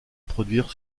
produire